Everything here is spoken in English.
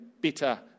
bitter